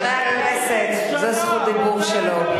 חברי הכנסת, זו זכות דיבור שלו.